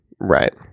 Right